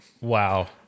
Wow